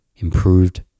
improved